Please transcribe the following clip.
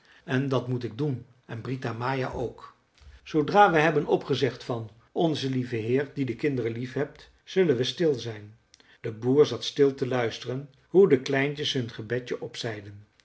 en dat moet ik doen en brita maja ook zoodra we hebben opgezegd van onzen lieve heer die de kinderen liefhebt zullen we stil zijn de boer zat stil te luisteren hoe de kleintjes hun gebedje opzeiden